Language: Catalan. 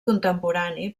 contemporani